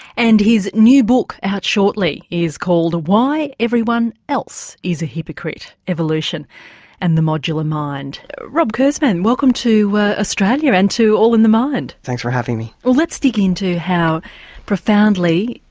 and his new book out shortly is called why everyone is a hypocrite evolution and the modular mind. rob kurzban, welcome to australia and to all in the mind. thanks for having me. well let's dig into how profoundly,